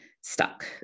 stuck